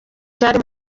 cari